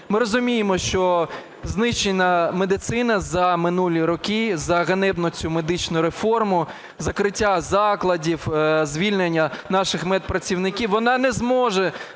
Ми розуміємо, що знищення медицини за минулі роки, за ганебну цю медичну реформу, закриття закладів, звільнення наших медпрацівників, вона не зможе